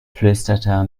flüsterte